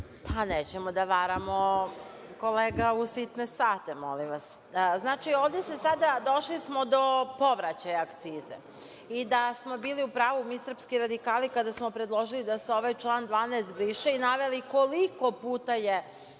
Nećemo da varamo, kolega, u sitne sate. Došli smo do povraćaja akcize. I da smo bili u pravu mi, srpski radikali, kada smo predložili da se ovaj član 12. Briše i naveli koliko puta je